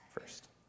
first